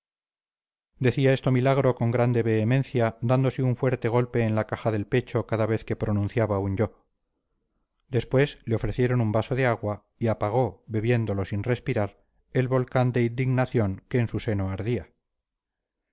decía esto milagro con grande vehemencia dándose un fuerte golpe en la caja del pecho cada vez que pronunciaba un yo después le ofrecieron un vaso de agua y apagó bebiéndolo sin respirar el volcán de indignación que en su seno ardía